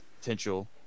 potential